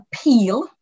appeal